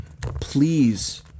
please